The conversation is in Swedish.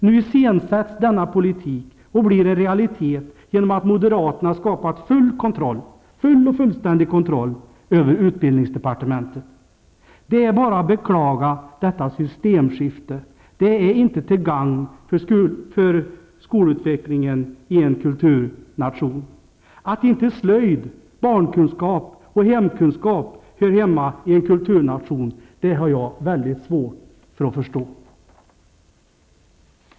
Nu iscensätts denna politik och blir en realitet genom att moderaterna skapat fullständig kontroll över utbildningsdepartementet. Det är bara att beklaga detta systemskifte. Det är inte till gagn för skolutvecklingen i en kulturnation. Att inte slöjd, barnkunskap och hemkunskap hör hemma i en kulturnation har jag väldigt svårt att förstå.